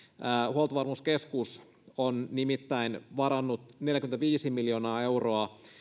huoltovarmuuskeskus on nimittäin varannut neljäkymmentäviisi miljoonaa euroa